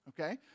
okay